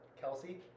Kelsey